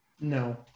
No